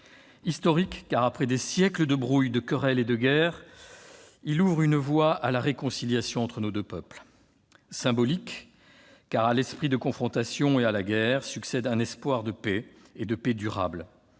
Historique : après des siècles de brouilles, de querelles et de guerres, il ouvre une voie à la réconciliation entre nos deux peuples. Symbolique : à l'esprit de confrontation et à la guerre succède un espoir de paix, et de paix durable.